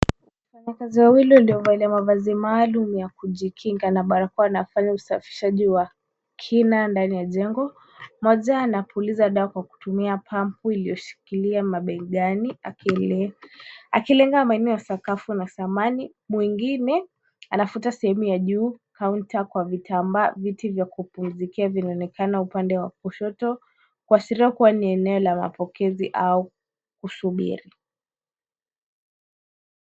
Wafanyikazi wawili waliovalia mavazi maalum ya kujikinga na barakoa wanafanya usafishaji wa kina ndani ya jengo. Mmoja anapuliza dawa kwa kutumia pampu iliyoshikilia mabegani akilenga maeneo ya sakafu na samani. Mwingine anafuta sehemu ya juu, kaunta kwa vitambaa. Viti vya kupumzikia vinaonekana upande wa kushoto kuashiria kuwa ni eneo la mapokezi au kusubiri.